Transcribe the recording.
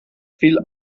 fiel